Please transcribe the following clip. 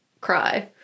cry